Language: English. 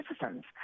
citizens